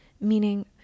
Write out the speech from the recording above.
meaning